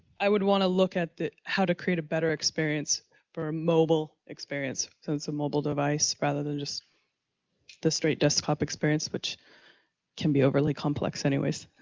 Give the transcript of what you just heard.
i would want to look at the how to create a better experience per mobile experience, since the mobile device rather than just the straight desktop experience which can be overly complex anyways.